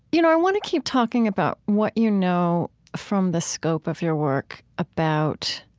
you know, i wanna keep talking about what you know from the scope of your work about